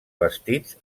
bastits